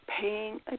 paying